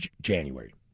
January